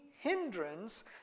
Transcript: hindrance